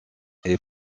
est